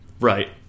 Right